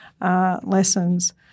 lessons